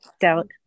doubt